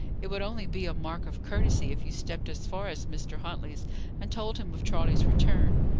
it would only be a mark of courtesy if you stepped as far as mr. huntley's and told him of charles's return,